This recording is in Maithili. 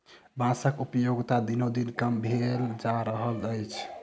बाँसक उपयोगिता दिनोदिन कम भेल जा रहल अछि